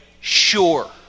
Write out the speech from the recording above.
sure